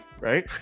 right